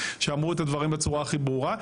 שאמרו את הדברים בצורה הכי ברורה.